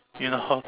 you know